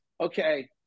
okay